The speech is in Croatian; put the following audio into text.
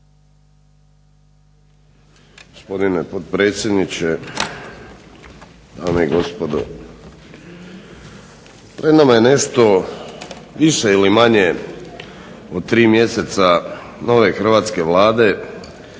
Gospodine potpredsjednik, dame i gospodo. Pred nama je nešto više ili manje od tri mjeseca nove hrvatske Vlade